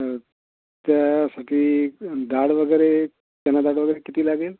तर त्यासाठी डाळ वगैरे चणा डाळ वगैरे किती लागेल